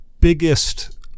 biggest